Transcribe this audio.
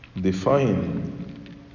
define